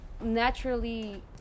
naturally